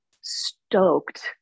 stoked